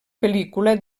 pel·lícula